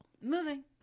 Moving